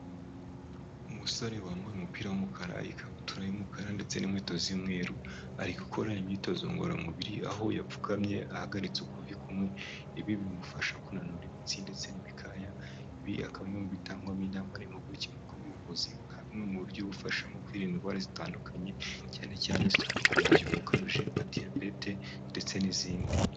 Umusore wambaye umupira w'umukara, ikabutura y'umukara ndetse n'inkweto z'umweru, ari gukora imyitozo ngororamubiri, aho yapfukamye ahagaritse ukuvi kumwe, ibi bimufasha kunanura imitsi, ndetse n'ibikaya, ibi akaba ari bimwe mu bitangwamo ni impuguke bw'ubuvuzi nka bimwe mu buryo bufasha mu kwirinda indwara zitandukanye cyane cyane zituruka ku mu byibuho ukabije nka diyabete ndetse n'izindi.